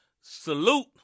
Salute